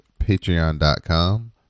Patreon.com